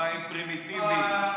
מטבחיים פרימיטיבי.